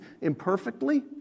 imperfectly